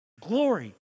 Glory